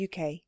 UK